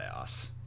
playoffs